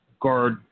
guard